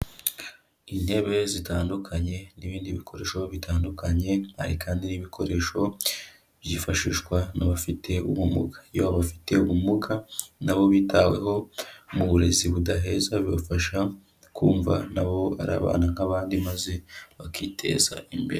Intebe zitandukanye n'ibindi bikoresho bitandukanye, hari kandi n'ibikoresho byifashishwa n'abafite ubumuga. Iyo abafite ubumuga na bo bitaweho mu burezi budaheza, bibafasha kumva na bo ari abana nk'abandi, maze bakiteza imbere.